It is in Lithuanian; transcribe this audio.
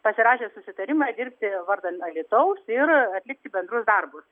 pasirašė susitarimą dirbti vardan alytaus ir atlikti bendrus darbus